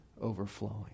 overflowing